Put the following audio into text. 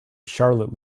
charlotte